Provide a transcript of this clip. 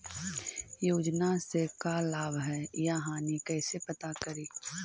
योजना से का लाभ है या हानि कैसे पता करी?